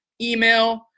email